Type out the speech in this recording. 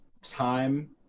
time